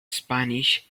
spanish